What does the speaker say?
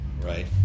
right